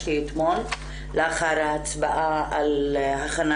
שביקשתי אתמול לאחר ההצבעה על ההכנה